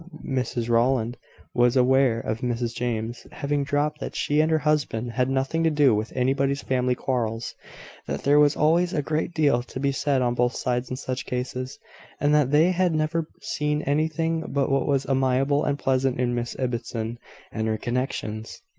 mrs rowland was aware of mrs james having dropped that she and her husband had nothing to do with anybody's family quarrels that there was always a great deal to be said on both sides in such cases and that they had never seen anything but what was amiable and pleasant in miss ibbotson and her connections.